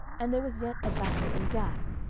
and there was yet a battle in gath,